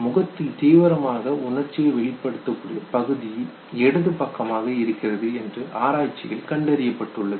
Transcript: முகத்தில் தீவிரமாக உணர்ச்சியை வெளிப்படுத்தக்கூடிய பகுதி இடது பக்கமாக இருக்கிறது என்பது ஆராய்ச்சியில் கண்டறியப்பட்டுள்ளது